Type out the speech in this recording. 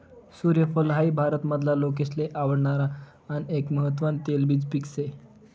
सूर्यफूल हाई भारत मधला लोकेसले आवडणार आन एक महत्वान तेलबिज पिक से